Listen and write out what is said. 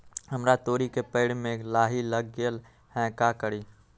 हमरा तोरी के पेड़ में लाही लग गेल है का करी?